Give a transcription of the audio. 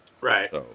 Right